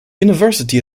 university